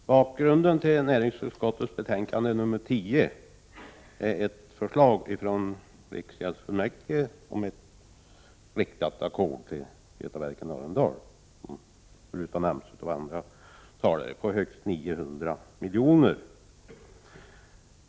Herr talman! Bakgrunden till näringsutskottets betänkande 10 är ett förslag från riksgäldsfullmäktige om ett riktat ackord till Götaverken Arendal AB på högst 900 milj.kr., vilket har nämnts av tidigare talare.